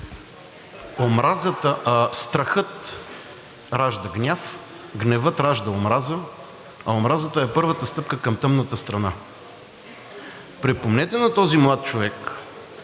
„Страхът ражда гняв, гневът ражда омраза, а омразата е първата стъпка към тъмната страна.“ Припомнете на този млад човек,